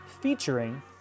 featuring